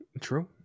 True